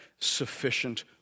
sufficient